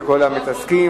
לכל המתעסקים,